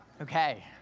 Okay